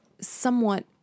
somewhat